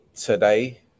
today